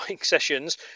sessions